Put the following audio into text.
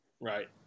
right